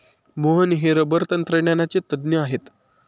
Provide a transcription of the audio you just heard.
मोहन हे रबर तंत्रज्ञानाचे तज्ज्ञ आहेत